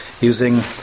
using